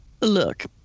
look